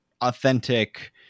authentic